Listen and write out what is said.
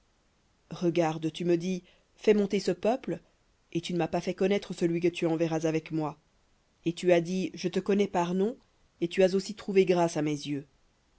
regarde tu me dis fais monter ce peuple et tu ne m'as pas fait connaître celui que tu enverras avec moi et tu as dit je te connais par nom et tu as aussi trouvé grâce à mes yeux